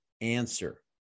answer